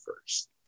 first